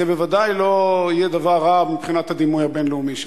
זה בוודאי לא יהיה דבר רע מבחינת הדימוי הבין-לאומי שלנו.